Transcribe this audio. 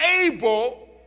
able